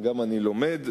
גם אני לומד,